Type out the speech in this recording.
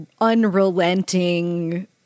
unrelenting